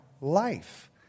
life